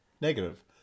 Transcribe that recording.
Negative